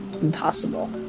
impossible